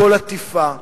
הכול עטיפה.